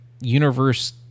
universe